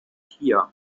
here